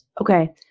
okay